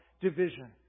division